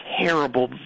terrible